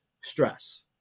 stress